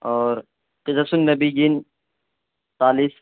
اور قصص النبین چالیس